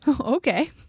Okay